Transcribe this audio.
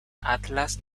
atlas